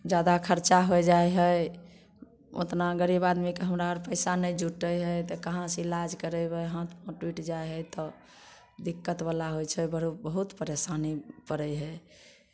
जादा खर्चा होइ जाइ है ओतना गरीब आदमीके हमरा आर पैसा नहि जूटै है तऽ कहाँ से ईलाज करेबै हाथ पाँव टूटि जाइ है तऽ दिक्कत बला होइत छै बहुत परेशानी पड़ैत है